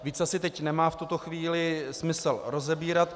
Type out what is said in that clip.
Víc asi teď nemá v tuto chvíli smysl rozebírat.